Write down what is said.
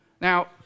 Now